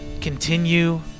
continue